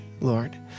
Lord